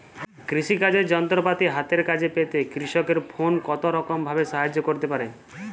কৃষিকাজের যন্ত্রপাতি হাতের কাছে পেতে কৃষকের ফোন কত রকম ভাবে সাহায্য করতে পারে?